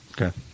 Okay